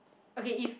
okay if